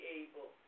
able